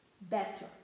better